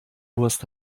wurst